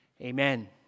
Amen